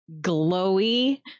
glowy